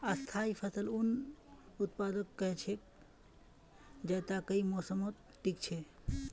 स्थाई फसल उन उत्पादकक कह छेक जैता कई मौसमत टिक छ